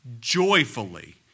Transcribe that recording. joyfully